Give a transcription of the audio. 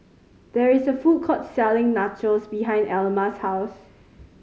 there is a food court selling Nachos behind Elma's house